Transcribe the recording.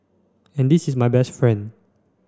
and this is my best friend